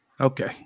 Okay